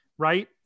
right